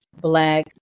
black